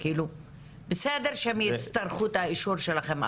בסדר שהם יצטרכו את האישור שלכם,